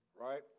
Right